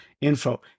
info